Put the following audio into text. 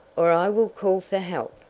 or i will call for help!